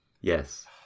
Yes